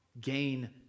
gain